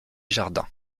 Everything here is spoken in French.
jardins